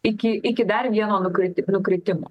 iki iki dar vieno nukriti nukritimo